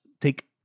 take